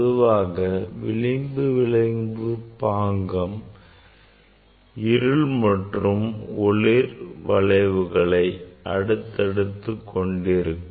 பொதுவாக விளிம்பு விளைவு பாங்கம் இருள் மற்றும் ஒளிர்வு வளைவுகளை அடுத்தடுத்து கொண்டிருக்கும்